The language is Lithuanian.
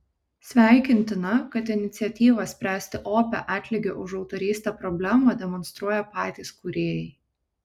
sveikintina kad iniciatyvą spręsti opią atlygio už autorystę problemą demonstruoja patys kūrėjai